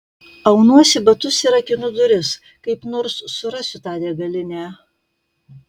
aunuosi batus ir rakinu duris kaip nors surasiu tą degalinę